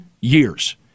years